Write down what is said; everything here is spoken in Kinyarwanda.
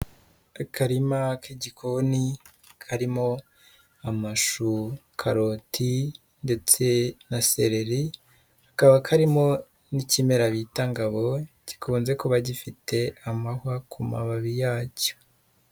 Akarima k'igikoni karimo amashu, karoti ndetse na seleri, kakaba karimo n'ikimera bita ngabo gikunze kuba gifite amahwa ku mababi yacyo.